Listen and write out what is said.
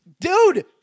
Dude